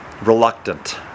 reluctant